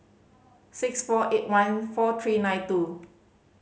six four eight one four three nine two